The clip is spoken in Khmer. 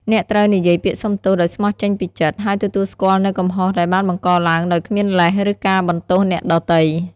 អ្នកត្រូវនិយាយពាក្យសុំទោសដោយស្មោះចេញពីចិត្ត ហើយទទួលស្គាល់នូវកំហុសដែលបានបង្កឡើងដោយគ្មានលេស ឬការបន្ទោសអ្នកដទៃ។